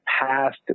past